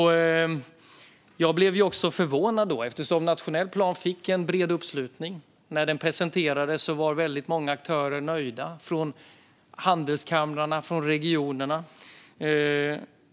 Nationell plan fick en bred uppslutning. När den presenterades var många aktörer nöjda, både från handelskamrarna och från regionerna.